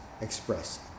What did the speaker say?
express